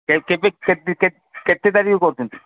କେ କେବେ କେତ୍ ଦି କେତ୍ କେତେ ତାରିଖ କରୁଛନ୍ତି